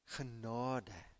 genade